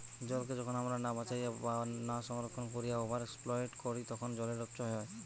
জলকে যখন আমরা না বাঁচাইয়া বা না সংরক্ষণ কোরিয়া ওভার এক্সপ্লইট করি তখন জলের অপচয় হয়